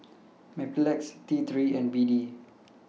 Mepilex T three and B D